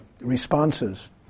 responses